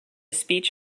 speech